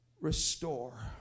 restore